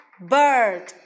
bird